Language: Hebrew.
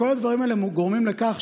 כל הדברים האלה גורמים לכך,